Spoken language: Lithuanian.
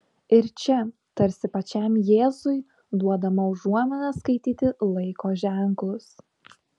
ir čia tarsi pačiam jėzui duodama užuomina skaityti laiko ženklus